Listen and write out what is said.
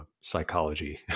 Psychology